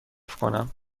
کنم